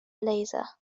blazer